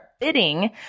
bidding